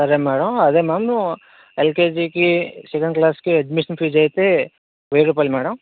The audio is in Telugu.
సరే మేడం అదే మ్యామ్ ఎల్కేజికి సెకండ్ క్లాస్కి అడ్మిషన్ ఫీస్ అయితే వెయ్యి రూపాయలు మేడం